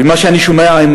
מה שאני שומע,